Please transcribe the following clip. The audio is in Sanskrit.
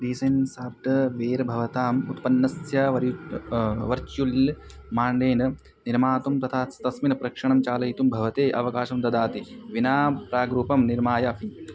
डीसेण्ड् साफ्टार् वेर् भवताम् उत्पन्नस्य वर्यु वर्च्युल् माण्डेन निर्मातुं तथा च तस्मिन् प्रेक्षणं चालयितुं भवते अवकाशं ददाति विना प्राग्रूपं निर्माय अपि